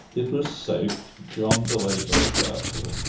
it was safe. john de laeter looked after them.